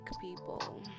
people